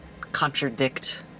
contradict